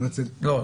לא,